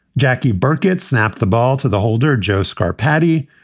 jackie burkett snapped the ball to the holder joe scaa patty.